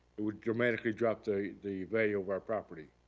it would dramatically drop the the value of our property,